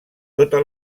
tota